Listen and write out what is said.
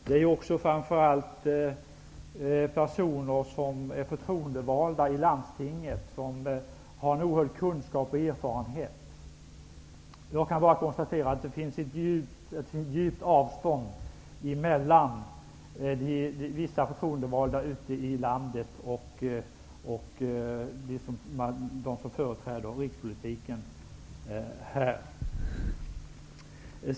De kommer framför allt från personer som är förtroendevalda i landsting och som har oerhörda kunskaper och erfarenheter. Jag kan bara konstatera att det finns ett stort avstånd mellan vissa förtroendevalda ute i landet och de som företräder rikspolitiken.